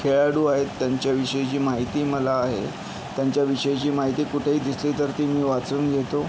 खेळाडू आहेत त्यांच्या विषयीची माहिती मला आहे त्यांच्या विषयीची माहिती कुठेही दिसली तर ती मी वाचून घेतो